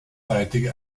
seite